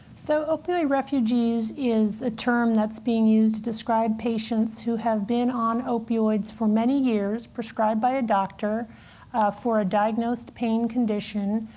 so opioid refugees is a term that's being used to describe patients who have been on opioids for many years, prescribed by a doctor for a diagnosed pain condition,